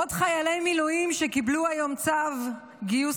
עוד חיילי מילואים שקיבלו היום צו גיוס